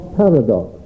paradox